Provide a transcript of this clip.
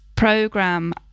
program